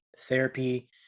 therapy